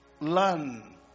learn